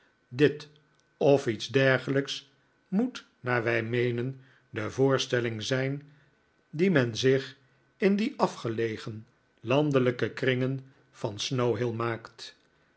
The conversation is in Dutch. dit of iets dergelijks moet naar wij meenen de voorstelling zijn die men zich in die afgelegen landelijke kringen van snow hill maakt